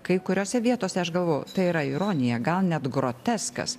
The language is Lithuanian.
kai kuriose vietose aš galvojau tai yra ironija gal net groteskas